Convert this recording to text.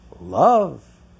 love